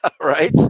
Right